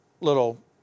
little